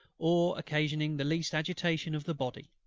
or occasioning the least agitation of the body.